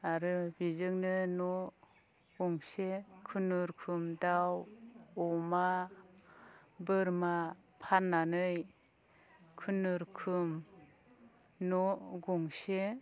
आरो बिजोंनो न' गंसे खुनुरुखुम दाउ अमा बोरमा फान्नानै खुनुरुखुम न' गंसे